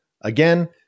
Again